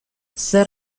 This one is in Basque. zer